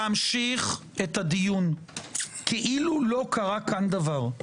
להמשיך את הדיון כאילו לא קרה כאן דבר,